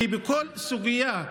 כי בכל סוגיה,